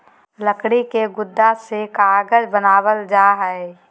लकड़ी के गुदा से कागज बनावल जा हय